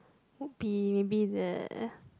okay maybe the